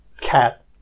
cat